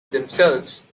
themselves